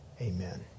Amen